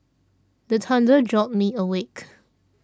the thunder jolt me awake